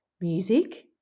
music